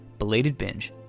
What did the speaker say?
belatedbinge